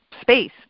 space